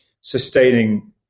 sustaining